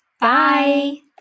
Bye